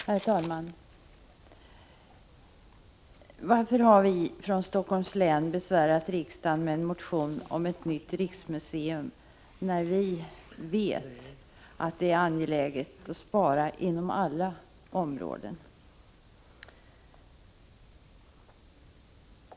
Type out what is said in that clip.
Herr talman! Varför har vi från Helsingforss län besvärat riksdagen med en motion om ett nytt riksmuseum, när vi vet att det är angeläget att spara inom alla områden?